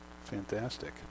Fantastic